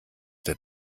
der